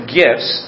gifts